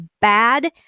bad